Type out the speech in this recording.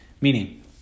Meaning